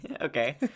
okay